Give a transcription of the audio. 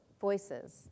voices